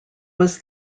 was